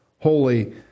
holy